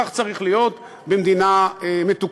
כך צריך להיות במדינה מתוקנת.